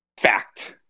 fact